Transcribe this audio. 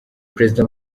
perezida